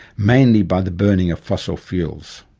mainly by the burning of fossil fuels.